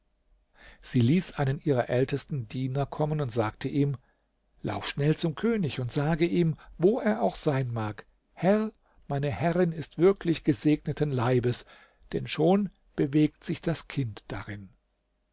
sie ließ einen ihrer ältesten diener kommen und sagte ihm lauf schnell zum könig und sage ihm wo er auch sein mag herr meine herrin ist wirklich gesegneten leibes denn schon bewegt sich das kind darin